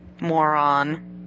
Moron